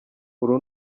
uru